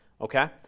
okay